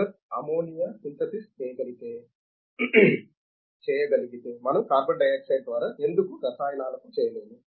Haber ammonia synthesis చేయగలిగితే మనం carbon dioxide ద్వారా ఎందుకు రసాయనాలకు చేయలేము